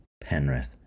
Penrith